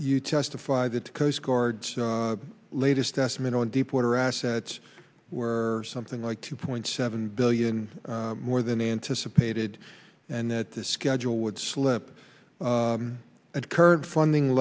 you testified that the coast guard latest estimate on deepwater assets were something like two point seven billion more than anticipated and that this schedule would slip occurred funding